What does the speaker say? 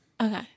Okay